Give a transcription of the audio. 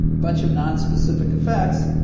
bunch of nonspecific effects,